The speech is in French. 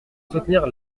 soutenir